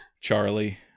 Charlie